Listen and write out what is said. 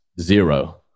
zero